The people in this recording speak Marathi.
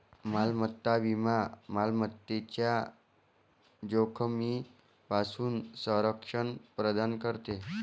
मालमत्ता विमा मालमत्तेच्या जोखमीपासून संरक्षण प्रदान करते